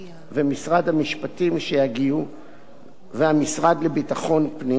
משרד המשפטים והמשרד לביטחון פנים,